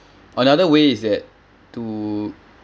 another way is that to